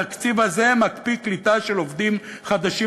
התקציב הזה מקפיא קליטה של עובדים חדשים